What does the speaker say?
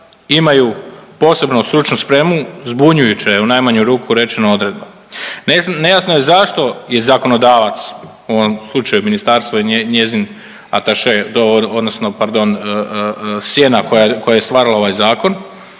imaju posebnu stručnu spremu zbunjujuće je u najmanju ruku rečeno odredba. Nejasno je zašto je zakonodavac u ovom slučaju ministarstvo i njezin ataše odnosno pardon sjena koja je stvarala ovaj zakon